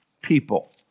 people